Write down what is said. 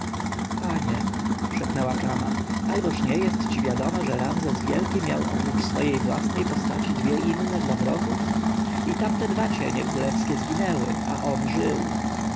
panie szepnęła kama alboż nie jest ci wiadome że ramzes wielki miał oprócz swojej własnej postaci dwie inne dla wrogów i tamte dwa cienie królewskie zginęły a on żył